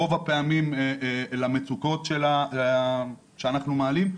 ברוב בפעמים למצוקות שאנחנו מעלים.